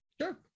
Sure